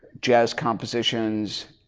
jazz compositions.